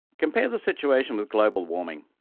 compare the situation with global warming.